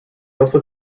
also